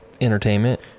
entertainment